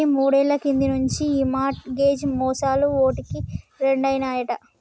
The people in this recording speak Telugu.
మరి మూడేళ్ల కింది నుంచి ఈ మార్ట్ గేజ్ మోసాలు ఓటికి రెండైనాయట